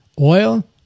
Oil